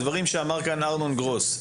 הדברים שאמר כאן ארנון גרוס,